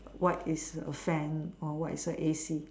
what is a fan or what is a A_C